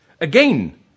Again